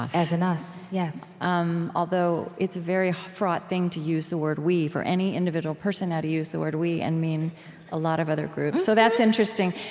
as an us, yes, um although it's a very fraught thing to use the word we, for any individual person now to use the word we and mean a lot of other groups. so that's interesting.